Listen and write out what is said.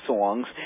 songs